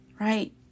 Right